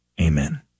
Amen